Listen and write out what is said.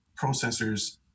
processors